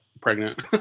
pregnant